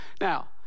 Now